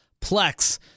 Plex